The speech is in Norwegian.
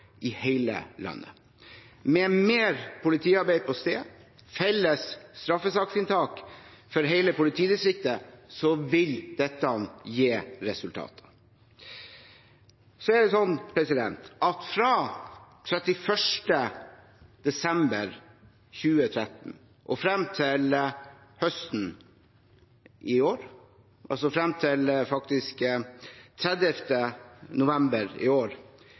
i hele landet. Med mer politiarbeid på stedet og felles straffesaksinntak for hele politidistriktet vil dette gi resultater. Fra 31. desember 2013 og frem til høsten i år, 30. november, har det blitt hele 2 250 flere årsverk i